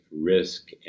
risk